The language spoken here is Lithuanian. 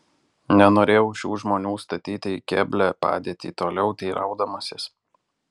nenorėjau šių žmonių statyti į keblią padėtį toliau teiraudamasis